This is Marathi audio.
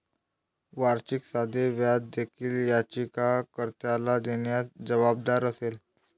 वार्षिक साधे व्याज देखील याचिका कर्त्याला देण्यास जबाबदार असेल